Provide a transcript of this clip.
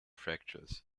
fractals